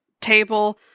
table